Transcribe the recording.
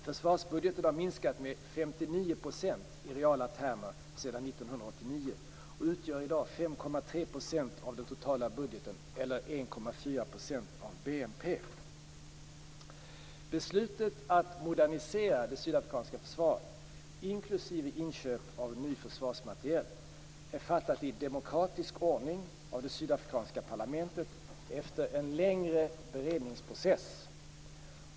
Försvarsbudgeten har minskats med 59 % i reala termer sedan 1989 och utgör i dag 5,3 % av den totala budgeten eller - Beslutet att modernisera det sydafrikanska försvaret, inklusive inköp av ny försvarsmateriel, är fattat i demokratisk ordning av det sydafrikanska parlamentet efter en längre beredningsprocess.